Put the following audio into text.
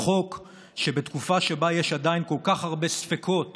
חוק שבתקופה שבה יש עדיין כל כך הרבה ספקות